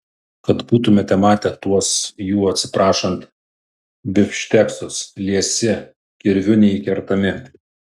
kad būtumėte matę tuos jų atsiprašant bifšteksus liesi kirviu neįkertami